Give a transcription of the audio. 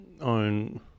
own